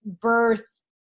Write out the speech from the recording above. birth